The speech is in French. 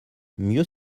mieux